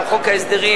על חוק ההסדרים,